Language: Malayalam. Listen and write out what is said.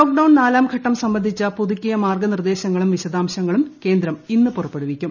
ലോക്ഡൌൺ നാലാംഘട്ടം സംബന്ധിച്ച പുതുക്കിയ മാർഗനിർദ്ദേശങ്ങളും വിശദാംശങ്ങളും കേന്ദ്രം ഇന്ന് പുറപ്പെടുവിക്കും